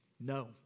No